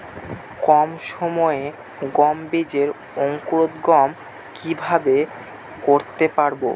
কম সময়ে গম বীজের অঙ্কুরোদগম কিভাবে করতে পারব?